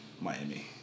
Miami